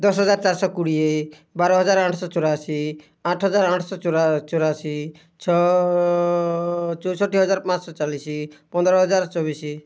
ଦଶ ହଜାର ଚାରିଶହ କୁଡ଼ିଏ ବାରହଜାର ଆଠଶହ ଚଉରାଅଶୀ ଆଠ ହଜାର ଆଠଶ ଚଉରାଅଶୀ ଛଅ ଚଉଶଠି ହଜାର ପାଁଶହ ଚାଲିଶ ପନ୍ଦର ହଜାର ଚବିଶ